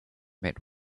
met